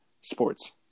sports